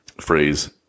phrase